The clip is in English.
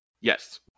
Yes